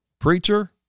Preacher